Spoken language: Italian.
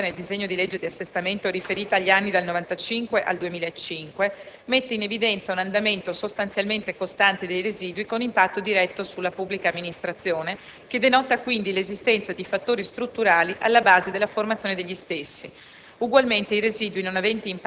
Una serie storica riportata nel disegno di legge di assestamento - riferita agli anni dal 1995 al 2005 - mette in evidenza un andamento sostanzialmente costante dei residui con impatto diretto sulla pubblica amministrazione, che denota quindi l'esistenza di fattori strutturali alla base della formazione degli stessi;